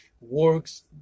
works